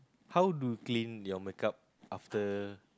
how to clean your makeup after